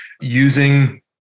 using